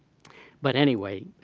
but anyway,